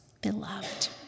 beloved